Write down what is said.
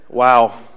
Wow